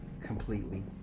completely